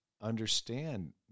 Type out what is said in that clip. understand